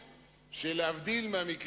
מה?